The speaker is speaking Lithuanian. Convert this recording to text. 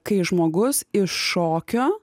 kai žmogus iš šokio